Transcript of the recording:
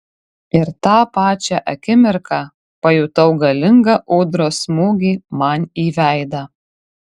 ir tą pačią akimirką pajutau galingą ūdros smūgį man į veidą